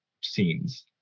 scenes